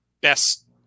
best